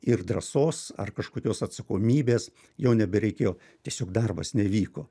ir drąsos ar kažkokios atsakomybės jau nebereikėjo tiesiog darbas nevyko